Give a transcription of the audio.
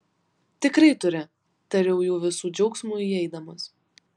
tikrai turi tariau jų visų džiaugsmui įeidamas